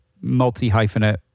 multi-hyphenate